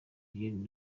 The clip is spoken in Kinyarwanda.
julienne